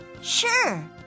Sure